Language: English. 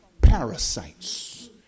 Parasites